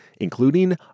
including